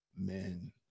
amen